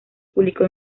publicó